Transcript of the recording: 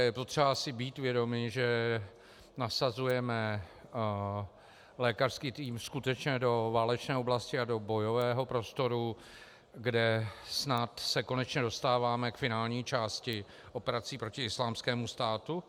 Je potřeba si být vědomi, že nasazujeme lékařský tým skutečně do válečné oblasti a do bojového prostoru, kde snad se konečně dostáváme k finální části operací proti Islámskému státu.